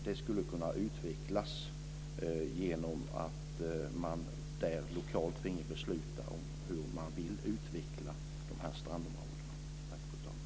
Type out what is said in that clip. Det skulle kunna utvecklas genom att man där lokalt finge besluta om hur man vill utveckla dessa strandområden.